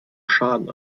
schaden